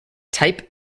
type